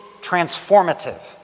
transformative